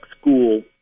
school